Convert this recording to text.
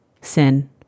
sin